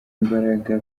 imbaraga